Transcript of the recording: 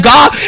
God